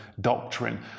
doctrine